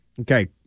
Okay